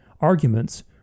arguments